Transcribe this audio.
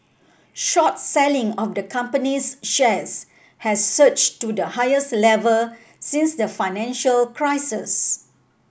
short selling of the company's shares has surged to the highest level since the financial crisis